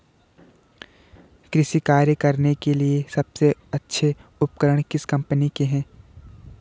कृषि कार्य करने के लिए सबसे अच्छे उपकरण किस कंपनी के हैं?